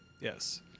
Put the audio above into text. yes